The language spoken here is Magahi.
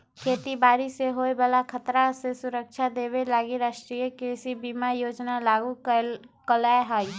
खेती बाड़ी से होय बला खतरा से सुरक्षा देबे लागी राष्ट्रीय कृषि बीमा योजना लागू कएले हइ